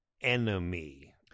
Enemy